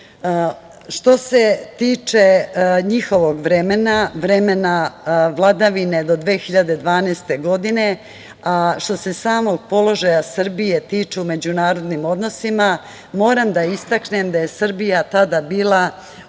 se tiče njihovog vremena, vremena vladavine do 2012. godine, a što se samog položaja Srbije tiče u međunarodnim odnosima, moram da istaknem da je Srbija tada bila unižavana,